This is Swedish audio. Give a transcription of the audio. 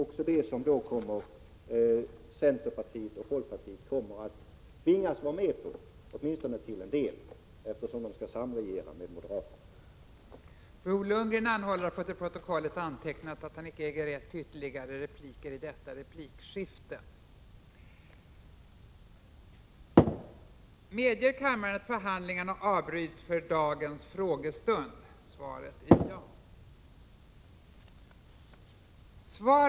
Centerpartiet och folkpartiet kommer att tvingas att gå med på detta, åtminstone till en del, eftersom de skall samregera med moderaterna. få antecknat att han inte ägde rätt till ytterligare replik.